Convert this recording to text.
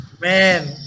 man